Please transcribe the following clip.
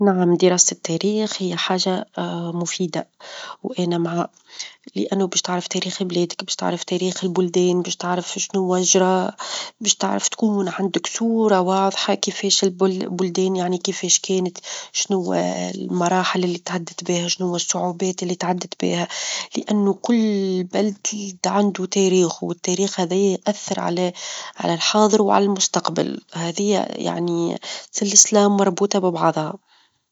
نعم دراسة التاريخ هي حاجة مفيدة، وأنا معاه لأنو باش تعرف تاريخ بلادك باش تعرف تاريخ البلدان، باش تعرف شنوا جرى، باش تعرف تكون عندك صورة واظحة كيفاش -البل- البلدان يعني كيفاش كانت، شنوا المراحل اللي تعدت بها، شنوا الصعوبات اللي تعدت بها لأنو كل بلد عندو تاريخو، والتاريخ هذايا يأثر -على- على الحاظر، وعلى المستقبل، هذيا يعني سلسة ومربوطة ببعظها.